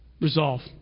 Resolve